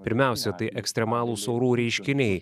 pirmiausia tai ekstremalūs orų reiškiniai